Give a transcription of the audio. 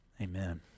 Amen